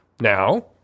now